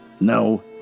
No